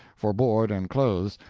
for board and clothes,